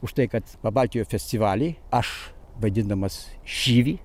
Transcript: už tai kad pabaltijo festivaly aš vaidindamas šyvį